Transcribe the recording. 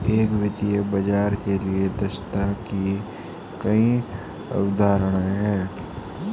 एक वित्तीय बाजार के लिए दक्षता की कई अवधारणाएं हैं